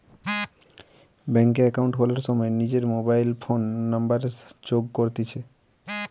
bank এ account খোলার সময় নিজর মোবাইল ফোন নাম্বারের সাথে যোগ করতিছে